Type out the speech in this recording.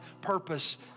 purpose